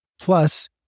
Plus